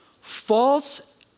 False